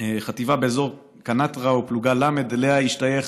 באזור קנטרה, ופלוגה ל', שאליה השתייך